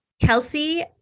Kelsey